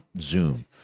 zoom